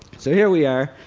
so here we are,